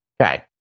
Okay